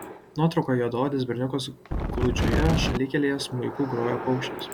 nuotraukoje juodaodis berniukas gludžioje šalikelėje smuiku groja paukščiams